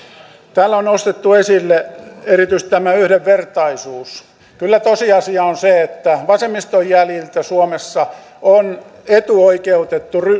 täällä on nostettu esille erityisesti yhdenvertaisuus kyllä tosiasia on se että vasemmiston jäljiltä suomessa on etuoikeutettu